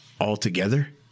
altogether